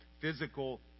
physical